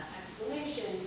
explanation